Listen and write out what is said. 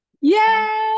Yay